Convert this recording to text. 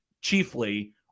chiefly